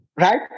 Right